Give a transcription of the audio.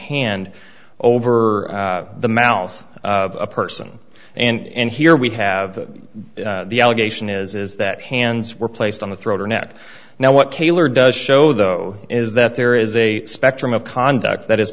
hand over the mouth of a person and here we have the allegation is that hands were placed on the throat or neck now what kaylor does show though is that there is a spectrum of conduct that is